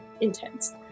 intense